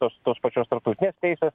tos tos pačios tarptautinės teisės